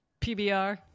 PBR